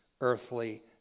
earthly